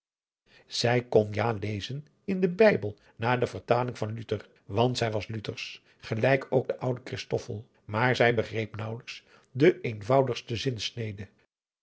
zij kon ja lezen in den bijbel naar de vertaling van luther want zij was lutersch gelijk ook de oude christoffel maar zij begreep naauwelijks de eenvoudigste zinsnede